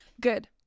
Good